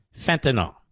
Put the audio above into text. fentanyl